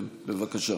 בבקשה.